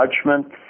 judgment